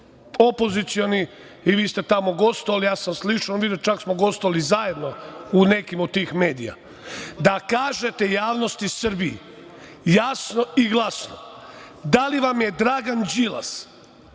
opozicioni i vi ste tamo gostovali, čak smo gostovali zajedno u nekim od tih medija. Znači, da kažete javnosti Srbije jasno i glasno da li vam je Dragan Đilas